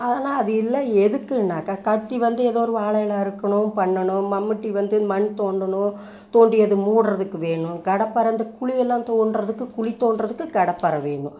ஆனால் அது எல்லாம் எதுக்குனாக்க கத்தி வந்து ஏதோ ஒரு வாழை இலை அறுக்கணும் பண்ணனும் மண்பட்டி வந்து மண் தோண்டனும் தோண்டியது மூடுறதுக்கு வேணும் கடப்பாரை அந்த குழியெல்லாம் தோண்டுறதுக்கு குழி தோண்டுறதுக்கு கடப்பாரை வேணும்